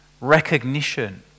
Recognition